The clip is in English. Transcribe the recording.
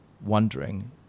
wondering